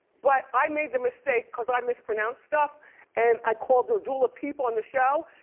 but i made the mistake cause i mispronounce stuff and i called her dula peep on the show.